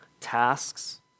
Tasks